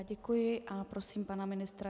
Děkuji a prosím pana ministra.